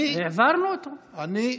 אני,